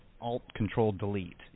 alt-control-delete